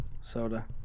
soda